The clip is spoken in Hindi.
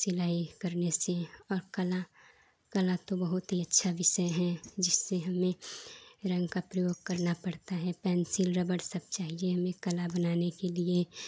सिलाई करने से आप कला कला तो बहुत ही अच्छा विषय है जिससे हमें रंग का प्रयोग करना पड़ता है पेन्सिल रबर सब चाहिए हमें कला बनाने के लिए